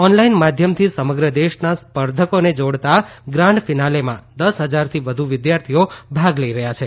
online માધ્યમથી સમગ્ર દેશના સ્પર્ધકોને જોડતા ગ્રાન્ડ ફિનાલેમાં દસ હજારથી વધુ વિદ્યાર્થીઓ ભાગ લઈ રહ્યા છે